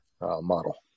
model